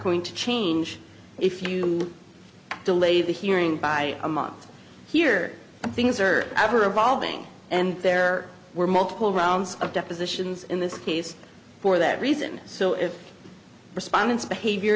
going to change if you delay the hearing by a month here things are after a balding and there were multiple rounds of depositions in this case for that reason so if respondents behavior